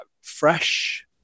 fresh